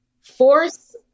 force